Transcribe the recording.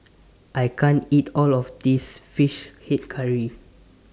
I can't eat All of This Fish Head Curry